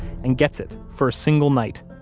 and gets it for a single night,